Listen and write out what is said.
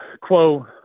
quote